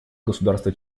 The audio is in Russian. государства